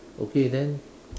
okay then